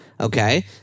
Okay